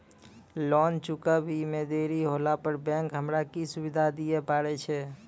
Loan चुकब इ मे देरी होला पर बैंक हमरा की सुविधा दिये पारे छै?